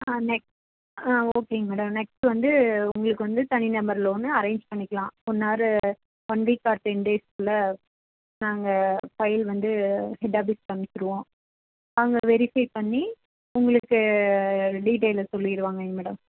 ஆ next ஆ ஓகேங்க madam next வந்து உங்களுக்கு வந்து தனிநபர் லோனு அரேஞ்ச் பண்ணிக்கலாம் one hour one week or ten டேஸ்குள்ளே நாங்கள் ஃபைல் வந்து ஹெட் ஆஃபீஸ்க்கு அனுப்ச்சுடுவோம் அவங்க வெரிஃபை பண்ணி உங்களுக்கு டீட்டெயிலை சொல்லிடுவாங்கங்கே மேடம்